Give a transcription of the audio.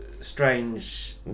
strange